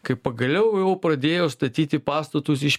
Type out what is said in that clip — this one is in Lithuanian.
kai pagaliau jau pradėjo statyti pastatus iš